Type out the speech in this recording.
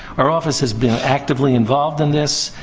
our office has been actively involved in this.